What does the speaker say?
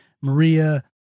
Maria